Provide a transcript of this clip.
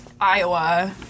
Iowa